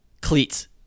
Cleats